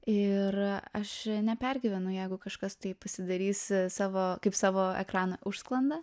ir aš nepergyvenu jeigu kažkas tai pasidarys savo kaip savo ekraną užsklandą